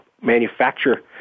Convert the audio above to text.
manufacture